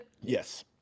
Yes